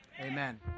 amen